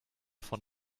von